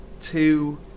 two